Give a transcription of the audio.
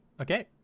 Okay